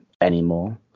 anymore